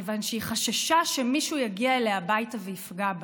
כיוון שהיא חששה שמישהו יגיע אליה הביתה ויפגע בה.